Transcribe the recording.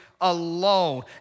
alone